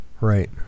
Right